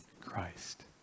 Christ